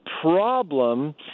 problem